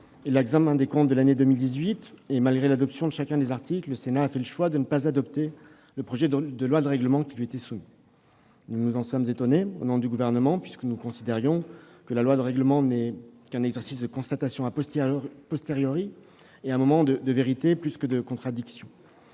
l'examen des comptes de l'année 2018, et malgré l'adoption de chacun des articles, le Sénat a choisi de ne pas adopter le projet de loi de règlement qui lui était soumis. Nous nous en sommes étonnés au sein du Gouvernement, considérant que la loi de règlement n'est qu'un exercice de constatation, un moment de vérité plus que de contradiction.